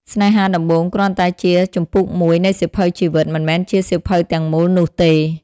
ស្នេហាដំបូងគ្រាន់តែជា "ជំពូកមួយ" នៃសៀវភៅជីវិត មិនមែនជា "សៀវភៅទាំងមូល" នោះទេ។